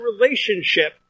relationship